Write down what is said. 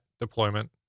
deployment